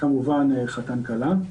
כמובן חתן וכלה.